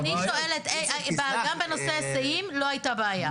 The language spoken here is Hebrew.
אני שואלת, גם בנושא היסעים לא הייתה בעיה.